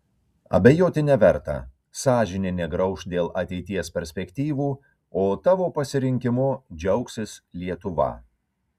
abejoti neverta sąžinė negrauš dėl ateities perspektyvų o tavo pasirinkimu džiaugsis lietuva